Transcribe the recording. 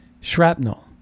shrapnel